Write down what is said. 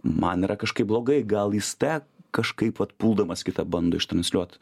man yra kažkaip blogai gal jis ten kažkaip vat puldamas kitą bando ištransliuot